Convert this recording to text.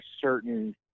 certain